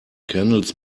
candles